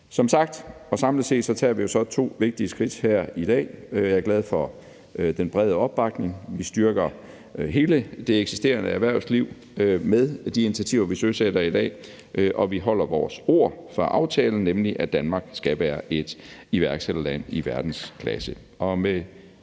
Som sagt og samlet set tager vi jo så to vigtige skridt her i dag. Jeg er glad for den brede opbakning. Vi styrker hele det eksisterende erhvervsliv med de initiativer, vi søsætter i dag, og vi holder vores ord fra aftalen, nemlig at Danmark skal være et iværksætterland i verdensklasse.